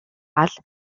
гал